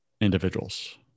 individuals